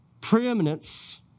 preeminence